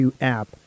app